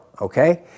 okay